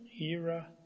era